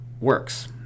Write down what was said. works